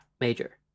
major